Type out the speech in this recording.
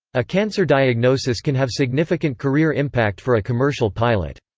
a cancer diagnosis can have significant career impact for a commercial pilot.